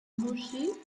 moschee